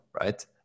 right